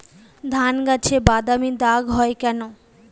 ধানগাছে বাদামী দাগ হয় কেন?